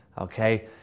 okay